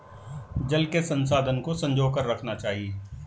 जल के संसाधन को संजो कर रखना चाहिए